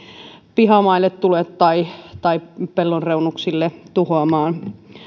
pihamaille tai tai pellonreunuksille tuhoamaan